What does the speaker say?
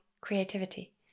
creativity